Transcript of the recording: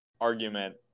argument